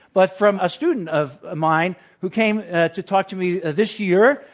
but from a student of ah mine who came to talk to me this year.